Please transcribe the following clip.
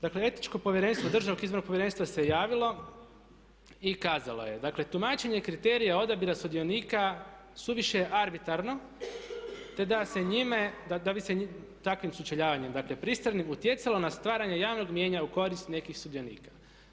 Dakle, Etičko povjerenstvo Državnog izbornog povjerenstva se javilo i kazalo je, dakle tumačenje kriterija odabira sudionika suviše je arbitarno te da bi se takvim sučeljavanjem dakle pristranim utjecalo na stvaranje javnog mnijenja u korist nekih sudionika.